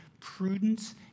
prudence